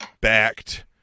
backed